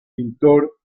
pintor